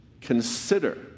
Consider